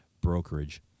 Brokerage